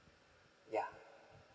yeah